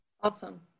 Awesome